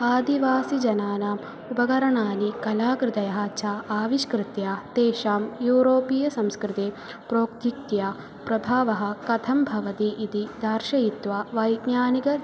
आदिवासिजनानाम् उपकरणानि कलाकृतयः च आविष्कृत्य तेषां यूरोपीयसंस्कृतेः प्रौद्योगिक्याः प्रभावः कथं भवति इति दर्शयित्वा वैज्ञानिक